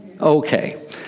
Okay